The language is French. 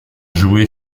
joué